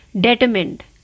determined